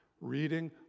reading